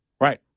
Right